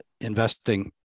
investing